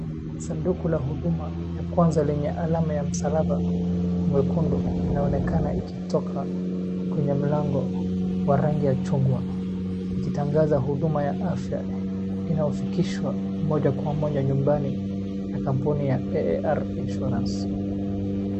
Sanduku la huduma ya kwanza lenye alama ya msalaba mwekundu inaonekana ikitoka kwenye mlango wa rangi ya chungwa. Ikitangaza huduma ya afya inayofikishwa moja kwa moja nyumbani na kampuni ya AAR Insurance .